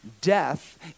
Death